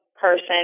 person